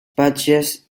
patches